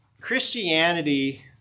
Christianity